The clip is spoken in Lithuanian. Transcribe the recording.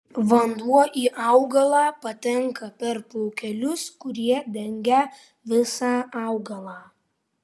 vanduo į augalą patenka per plaukelius kurie dengia visą augalą